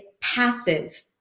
passive